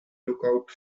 lookout